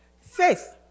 faith